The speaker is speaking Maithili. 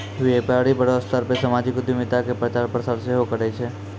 व्यपारी बड़ो स्तर पे समाजिक उद्यमिता के प्रचार प्रसार सेहो करै छै